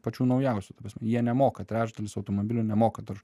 pačių naujausių ta prasme jie nemoka trečdalis automobilių nemoka